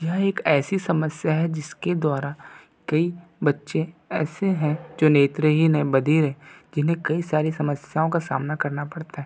यह एक ऐसी समस्या है जिसके द्वारा कई बच्चे ऐसे हैं जो नेत्रहीन है बधिर है जिन्हें कई सारी समस्याओं का सामना करना पड़ता है